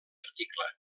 article